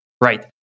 Right